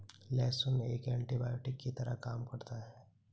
लहसुन एक एन्टीबायोटिक की तरह काम करता है